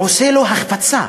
הוא עושה לו החפצה.